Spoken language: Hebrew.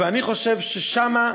ואני חושב ששם,